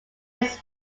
his